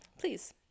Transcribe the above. Please